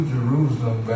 Jerusalem